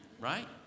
Right